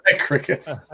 Crickets